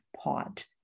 pot